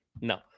No